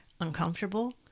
uncomfortable